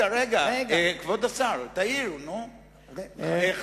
כבוד השר, רגע.